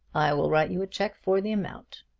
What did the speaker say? i will write you a check for the amount.